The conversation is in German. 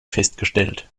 festgestellt